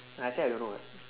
I say I don't know [what]